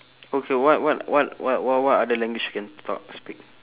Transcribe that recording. okay what what what what w~ what other language you can talk speak